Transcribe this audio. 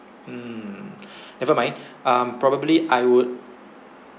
mm never mind um probably I would